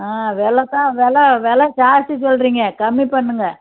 ஆ விலைதான் விலை விலை ஜாஸ்தி சொல்லுறீங்க கம்மி பண்ணுங்க